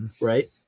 Right